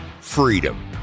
freedom